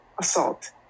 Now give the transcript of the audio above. assault